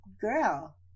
girl